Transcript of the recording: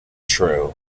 true